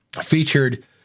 featured